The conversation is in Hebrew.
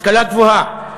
השכלה גבוהה,